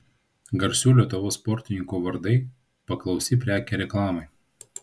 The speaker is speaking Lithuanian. garsių lietuvos sportininkų vardai paklausi prekė reklamai